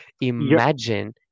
Imagine